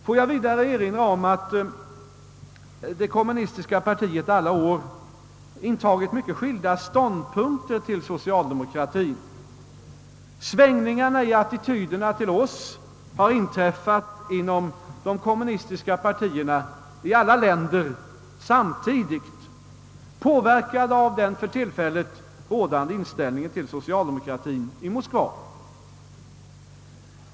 Får jag vidare erinra om att kommunistiska partiet under olika år intagit mycket skilda ståndpunkter till socialdemokratien. Svängningarna i attityderna till oss har inträffat inom de kommunistiska partierna i alla länder samtidigt, påverkade av den för tillfället i Moskva rådande inställningen.